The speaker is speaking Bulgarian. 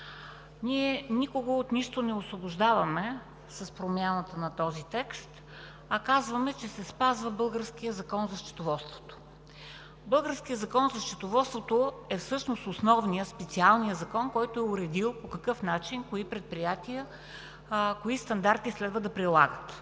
Ние никого от нищо не освобождаваме с промяната на този текст, а казваме, че се спазва българският Закон за счетоводството. Българският Закон за счетоводството е всъщност основният, специалният закон, който е уредил кои предприятия по какъв начин и кои стандарти следва да прилагат.